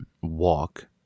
walk